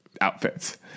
outfits